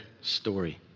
story